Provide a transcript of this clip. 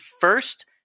first